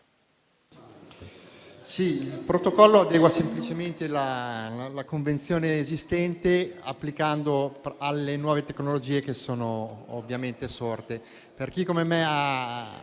il Protocollo adegua semplicemente la Convenzione esistente, applicandola alle nuove tecnologie che sono sorte. Per chi, come me,